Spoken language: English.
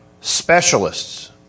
specialists